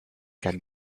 can